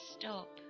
stop